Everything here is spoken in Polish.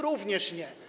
Również nie.